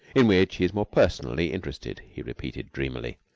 in which he is more personally interested, he repeated dreamily.